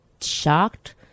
shocked –